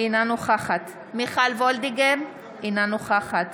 אינה נוכחת מיכל וולדיגר, אינה נוכחת